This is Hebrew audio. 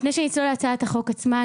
לפני שנצלול להצעת החוק עצמה,